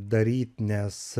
daryt nes